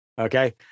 Okay